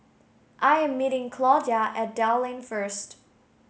I am meeting Claudia at Dell Lane first